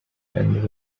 and